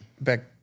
back